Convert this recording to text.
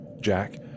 Jack